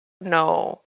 No